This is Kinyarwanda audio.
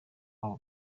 wabo